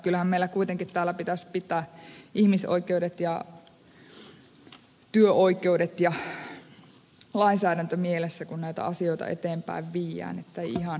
kyllähän meidän kuitenkin täällä pitäisi pitää ihmisoikeudet ja työoikeudet ja lainsäädäntö mielessä kun näitä asioita eteenpäin viedään ettei ihan järjettömyyksiin päädytä